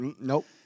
nope